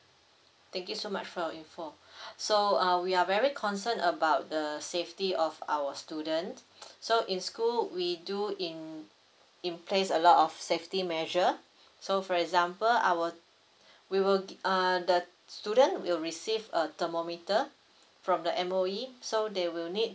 thank you so much for your info so uh we are very concerned about the safety of our student so in school we do in in place a lot of safety measure so for example our we will err the student will receive a thermometer from the M_O_E so they will need